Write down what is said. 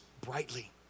brightly